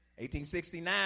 1869